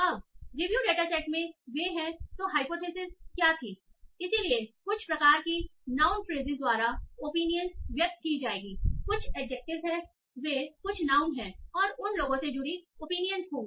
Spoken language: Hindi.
अब रिव्यू डेटा सेट में वे हैं तो हाइपोथेसिस क्या थी इसलिए कुछ प्रकार की नाउन फ्रेसिस द्वारा ऑपिनियंस व्यक्त की जाएगीकुछ एडजेक्टिवस हैं वे कुछ नाउन हैं और उन लोगों से जुड़ी ऑपिनियंस होगी